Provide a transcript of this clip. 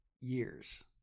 years